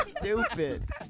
Stupid